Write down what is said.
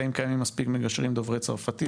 האם קיימים מספיק מגשרים דוברי צרפתית?